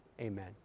amen